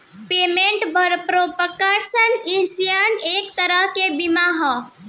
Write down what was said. payment protection insurance एक तरह के बीमा ह